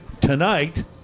tonight